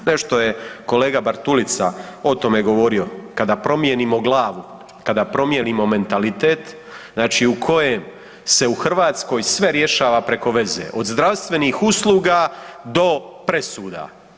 Nešto je kolega Bartulica o tome govorio, kada promijenimo glavu, kada promijenimo mentalitet, znači u kojem se u Hrvatskoj sve rješava preko veze, od zdravstvenih usluga do presuda.